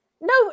No